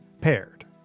Paired